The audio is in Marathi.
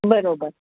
बरोबर